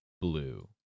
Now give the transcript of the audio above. blue